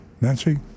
nancy